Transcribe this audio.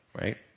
right